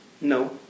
No